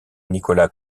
nicolas